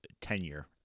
tenure